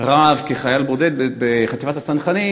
רב כחייל בודד בחטיבת הצנחנים,